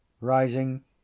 Rising